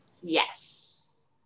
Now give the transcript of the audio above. yes